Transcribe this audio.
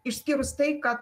išskyrus tai kad